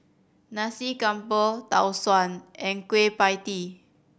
Nasi Campur Tau Suan and Kueh Pie Tee